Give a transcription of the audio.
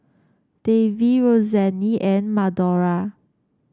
Davie Roseanne and Madora